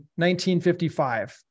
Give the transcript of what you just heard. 1955